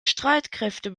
streitkräfte